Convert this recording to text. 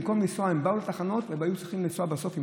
הם באו לתחנות והיו צריכים לנסוע בסוף עם